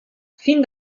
fin